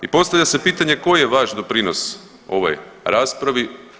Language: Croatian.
I postavlja se pitanje koji je vaš doprinos ovoj raspravi?